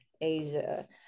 Asia